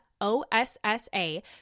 O-S-S-A